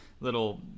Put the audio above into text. little